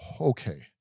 okay